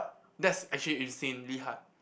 that's actually insanely hard